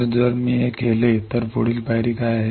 तर जर मी हे केले तर पुढील पायरी काय आहे